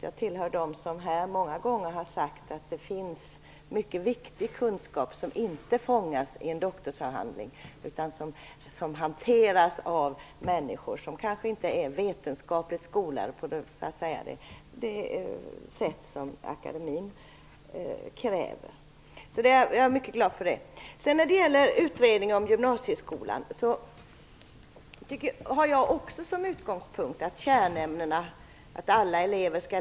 Jag tillhör dem som många gånger har sagt här att det finns mycket viktig kunskap som inte fångas i en doktorsavhandling, utan som hanteras av människor som kanske inte är vetenskapligt skolade på det sätt som akademin kräver. Jag är mycket glad för det. När det gäller utredningen om gymnasieskolan har jag också som utgångspunkt att alla elever skall läsa kärnämnena.